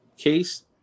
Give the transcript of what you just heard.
Case